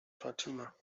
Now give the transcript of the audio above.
fatima